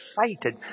excited